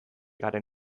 garen